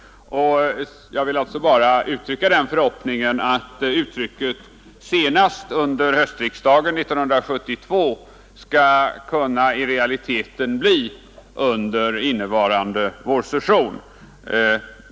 Jag vill uttrycka förhoppningen att ”senast under höstriksdagen 1972” i realiteten skall kunna bli under denna vårsession.